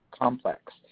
complex